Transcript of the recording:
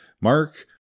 Mark